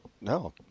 no